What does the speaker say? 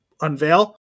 unveil